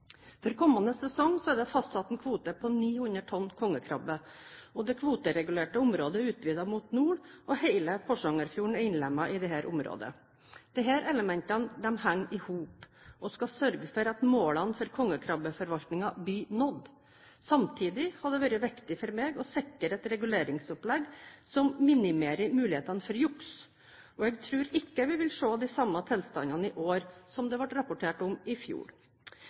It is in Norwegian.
For kommende sesong er det fastsatt en kvote på 900 tonn kongekrabbe, og det kvoteregulerte området er utvidet mot nord, og hele Porsangerfjorden er innlemmet i dette området. Disse elementene henger sammen og skal sørge for at målene for kongekrabbeforvaltningen blir nådd. Samtidig har det vært viktig for meg å sikre et reguleringsopplegg som minimerer mulighetene for juks, og jeg tror ikke vi vil se de samme tilstandene i år som det ble rapportert om i fjor.